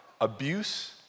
Abuse